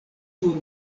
sur